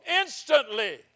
instantly